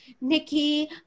Nikki